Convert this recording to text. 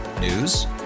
News